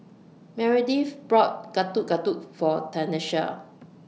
Meredith bought Getuk Getuk For Tenisha